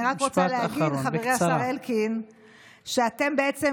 אני רק רוצה להגיד לחברי השר אלקין שאתם בעצם